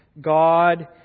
God